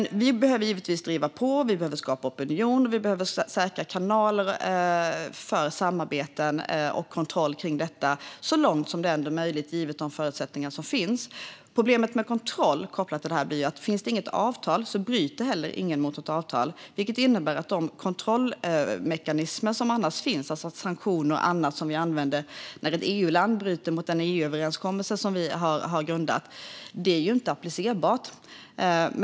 Vi behöver givetvis driva på, och vi behöver skapa opinion. Vi behöver säkra kanaler för samarbeten kring och kontroll av detta så långt som det är möjligt givet de förutsättningar som finns. Problemet med kontroll kopplat till detta blir att om det inte finns något avtal bryter heller ingen mot något avtal. Det innebär att de kontrollmekanismer som annars finns - sanktioner och annat som vi använder när ett EU-land bryter mot en EU-överenskommelse - inte är applicerbara.